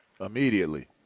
immediately